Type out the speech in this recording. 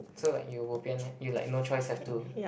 so like you bo pian then you like no choice have to